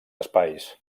espais